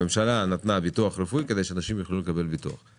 הממשלה נתנה ביטוח רפואי כדי שאנשים יוכלו לקבל טיפול רפואי.